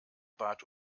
bat